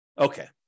Okay